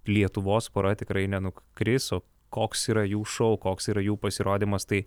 lietuvos pora tikrai nenukris o koks yra jų šou koks yra jų pasirodymas tai